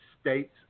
States